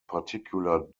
particular